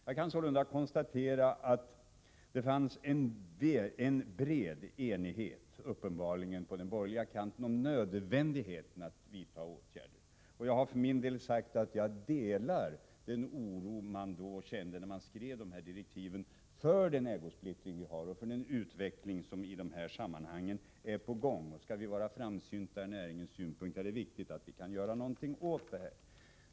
Jag kan sålunda konstatera att det uppenbarligen fanns en bred enighet på den borgerliga kanten om nödvändigheten av att vidta åtgärder. Jag har för min del sagt att jag delar den oro man kände när man skrev de här direktiven för den ägosplittring vi har och för den utveckling som i de här sammanhangen är på gång. Skall vi vara framsynta ur näringens synpunkt är det viktigt att vi kan göra någonting åt det här.